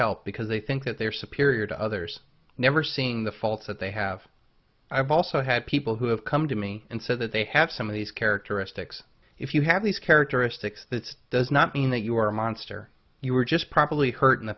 help because they think that they're superior to others never seeing the faults that they have i've also had people who have come to me and said that they have some of these characteristics if you have these characteristics that does not mean that you are a monster you were just probably hurt